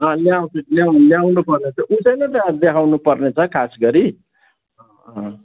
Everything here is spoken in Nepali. ल्या ल्या उ ल्यानु पर्ने छ उसैले त देखाउनु पर्ने छ खास गरि